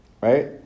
right